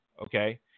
Okay